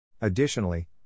Additionally